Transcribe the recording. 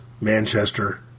Manchester